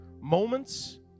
moments